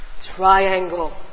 Triangle